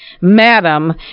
Madam